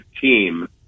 team